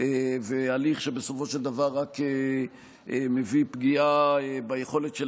הליך שבסופו של דבר רק מביא פגיעה ביכולת של